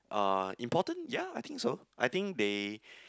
uh important ya I think so I think they